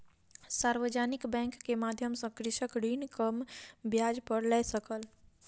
सार्वजानिक बैंक के माध्यम सॅ कृषक ऋण कम ब्याज पर लय सकल